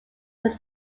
was